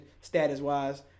status-wise